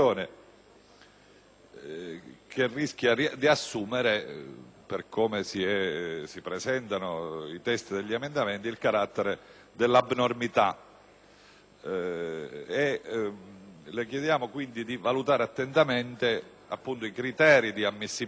che rischia di assumere, per come si presentano i testi degli emendamenti, il carattere dell'abnormità. Le chiediamo, quindi, signor Presidente, di valutare attentamente i criteri di ammissibilità